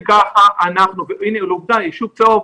ביישוב צהוב,